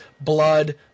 blood